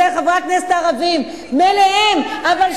בסדר,